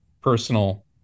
personal